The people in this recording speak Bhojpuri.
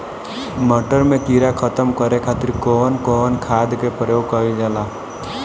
मटर में कीड़ा खत्म करे खातीर कउन कउन खाद के प्रयोग कईल जाला?